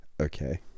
okay